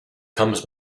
comes